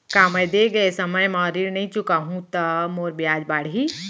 का मैं दे गए समय म ऋण नई चुकाहूँ त मोर ब्याज बाड़ही?